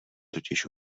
totiž